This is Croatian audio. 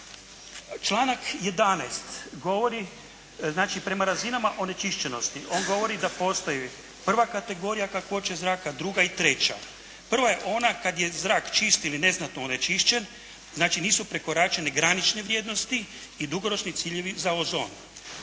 Članak 11. govori, znači prema razinama onečišćenosti on govori da postoji prva kategorija kakvoće zraka, druga i treća. Prva je ona kada je zrak čist ili neznatno onečišćen. Znači, nisu prekoračene granične vrijednosti i dugoročni ciljevi za ozon.